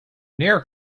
near